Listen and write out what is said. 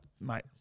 mate